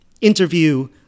interview